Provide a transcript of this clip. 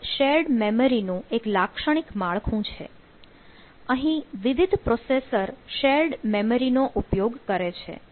આ shared memory નું એક લાક્ષણિક માળખું છે અહીં વિવિધ પ્રોસેસર શેર્ડ મેમરીનો ઉપયોગ કરે છે